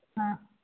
हँ